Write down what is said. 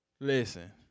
Listen